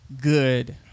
good